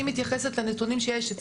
אני מתייחסת לנתונים שיש אצלי.